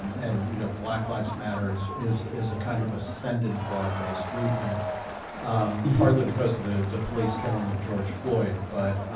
um and you know black lives matter is is is a kind of ascendant broad-based movement um partly because of the the police killing of george floyd but